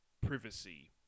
privacy